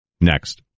next